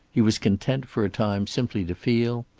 he was content for a time simply to feel,